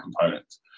components